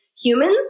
humans